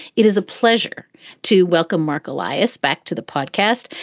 it is a pleasure to welcome marc elias back to the podcast.